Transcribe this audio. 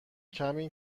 کمی